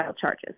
charges